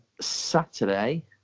Saturday